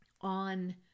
on